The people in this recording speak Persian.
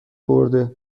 برده